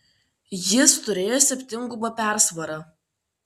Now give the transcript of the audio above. jis turėjo septyngubą persvarą